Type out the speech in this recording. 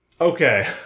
Okay